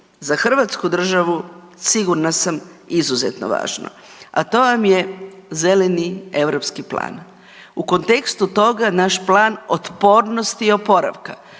za Hrvatsku državu sigurna sam izuzetno važno, a to vam je zeleni europski plan. U kontekstu toga naš Plan otpornosti i oporavka